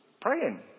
praying